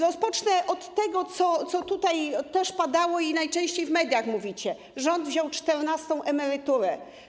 Rozpocznę od tego, co tutaj też padało i o czym najczęściej w mediach mówicie: rząd wziął czternastą emeryturę.